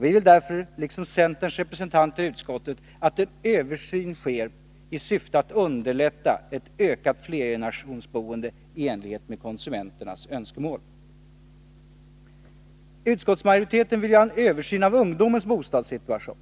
Vi vill därför, liksom centerns representanter i utskottet, att en översyn sker i syfte att underlätta ett ökat flergenerationsboende i enlighet med konsumenternas önskemål. Utskottsmajoriteten vill göra en översyn av ungdomens bostadssituation.